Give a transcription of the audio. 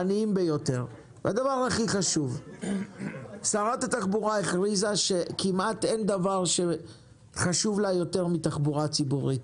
שרת התחבורה הכריזה שאין כמעט דבר שחשוב לה יותר מאשר תחבורה ציבורית,